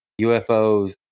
UFOs